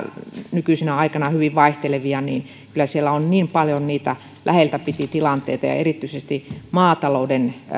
nykyisenä aikana hyvin vaihtelevia että kyllä siellä on paljon läheltä piti tilanteita ja erityisesti maatalouden ajoneuvojen